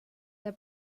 der